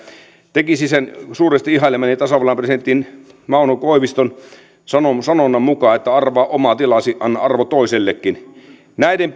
tekisi sen suuresti ihailemani tasavallan presidentti mauno koiviston sanonnan sanonnan mukaan että arvaa oma tilasi anna arvo toisellekin näiden